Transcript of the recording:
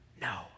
No